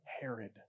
Herod